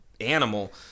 animal